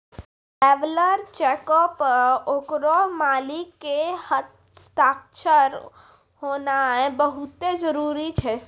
traveller चेको पे ओकरो मालिक के हस्ताक्षर होनाय बहुते जरुरी छै